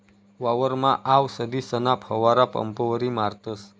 वावरमा आवसदीसना फवारा पंपवरी मारतस